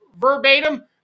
verbatim